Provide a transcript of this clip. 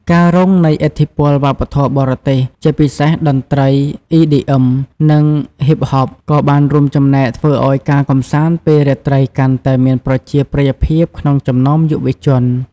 ការរងនៃឥទ្ធិពលវប្បធម៌បរទេស ជាពិសេសតន្ត្រី អុីឌីអឹម (EDM) និង ហុីប ហប់ (Hip Hop) ក៏បានរួមចំណែកធ្វើឱ្យការកម្សាន្តពេលរាត្រីកាន់តែមានប្រជាប្រិយភាពក្នុងចំណោមយុវជន ។